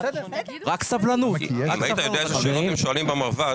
אם היית יודע איזה שאלות שואלים במרב"ד,